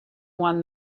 one